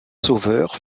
sauveur